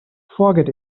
forget